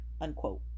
Unquote